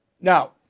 Now